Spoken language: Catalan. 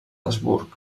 habsburg